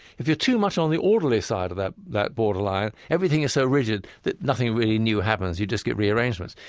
if you're too much on the orderly side of that that borderline, everything is so rigid that nothing really new happens. you just get rearrangements.